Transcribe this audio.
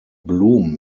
blum